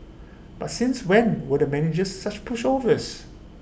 but since when were the managers such pushovers